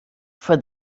for